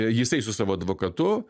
jisai su savo advokatu